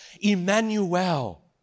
Emmanuel